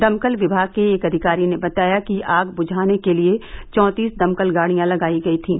दमकल विभाग के एक अधिकारी ने बताया कि आग बुझाने के लिए चौतीस दमकल गाड़ियां लगाई गई थीं